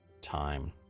time